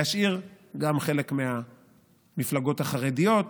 להשאיר גם חלק מהמפלגות החרדיות,